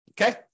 okay